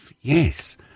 yes